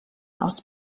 aus